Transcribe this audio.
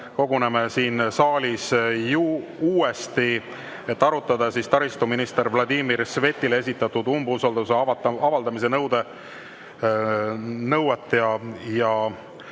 koguneme siin saalis uuesti, et arutada taristuminister Vladimir Svetile esitatud umbusalduse avaldamise nõuet.